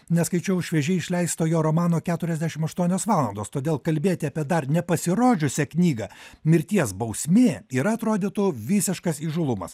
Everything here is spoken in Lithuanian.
neskaičiau šviežiai išleisto jo romano keturiasdešim aštuonios valandos todėl kalbėti apie dar nepasirodžiusią knygą mirties bausmė yra atrodytų visiškas įžūlumas